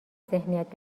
ذهنیت